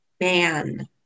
man